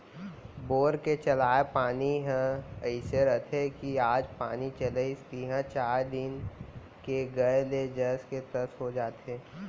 bore के चलाय पानी ह अइसे रथे कि आज पानी चलाइस तिहॉं चार दिन के गए ले जस के तस हो जाथे